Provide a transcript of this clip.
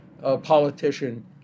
politician